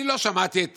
אני לא שמעתי את